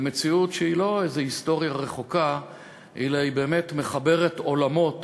ומציאות שהיא לא איזו היסטוריה רחוקה אלא היא באמת מחברת עולמות: